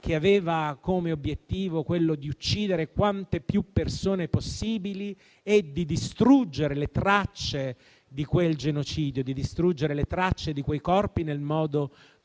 che aveva come obiettivo quello di uccidere quante più persone possibile e di distruggere le tracce di quel genocidio e di quei corpi nel modo più